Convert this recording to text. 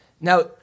Now